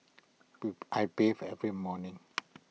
I bathe every morning